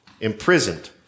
imprisoned